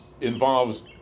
Involves